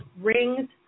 rings